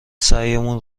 سعیمون